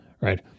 right